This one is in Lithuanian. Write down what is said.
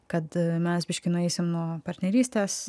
kad mes biškį nueisim nuo partnerystės